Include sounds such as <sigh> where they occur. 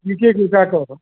<unintelligible>